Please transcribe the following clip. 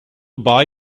buy